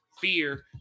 fear